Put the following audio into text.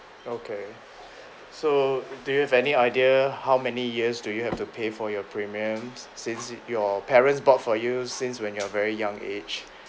okay so do you have any idea how many years do you have to pay for your premiums since your parents bought for you since when you're very young age